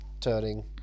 turning